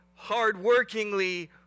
hardworkingly